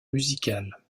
musicale